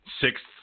sixth